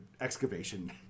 excavation